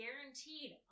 guaranteed